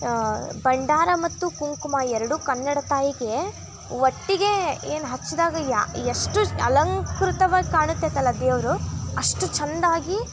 ಭಂಡಾರ ಮತ್ತು ಕುಂಕುಮ ಎರಡು ಕನ್ನಡ ತಾಯಿಗೆ ಒಟ್ಟಿಗೆ ಏನು ಹಚ್ಚಿದಾಗ ಯಾ ಎಷ್ಟು ಅಲಂಕೃತವಾಗಿ ಕಾಣುತೈತಲ್ಲ ದೇವರು ಅಷ್ಟು ಚೆಂದಾಗಿ